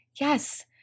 Yes